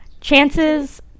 Chances